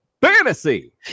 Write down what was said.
Fantasy